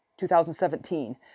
2017